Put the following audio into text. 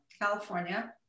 California